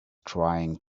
trying